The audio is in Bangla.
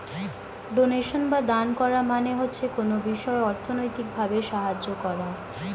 ডোনেশন বা দান করা মানে হচ্ছে কোনো বিষয়ে অর্থনৈতিক ভাবে সাহায্য করা